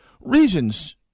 reasons